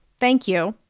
thank you.